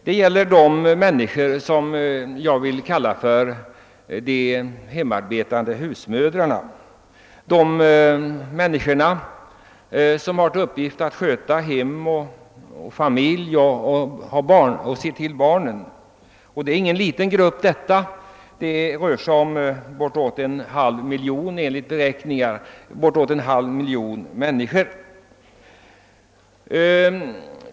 Det gäller de hemmaarbetande husmödrarna, de människor som har till uppgift att sköta hem och familj och se till barnen. Det är ingen liten grupp — det rör sig enligt beräkningar om bortåt en halv miljon människor.